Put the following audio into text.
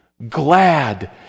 glad